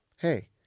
Hey